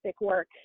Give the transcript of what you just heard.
work